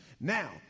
Now